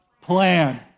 plan